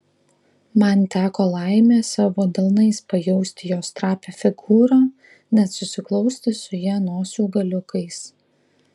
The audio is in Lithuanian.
man teko laimė savo delnais pajausti jos trapią figūrą net susiglausti su ja nosių galiukais